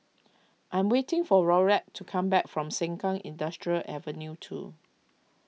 I am waiting for Laurette to come back from Sengkang Industrial Avenue two